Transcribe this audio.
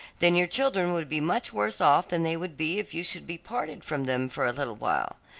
then your children would be much worse off than they would be if you should be parted from them for a little while.